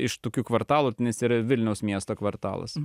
iš tokių kvartalų tenais yra vilniaus miesto kvartalas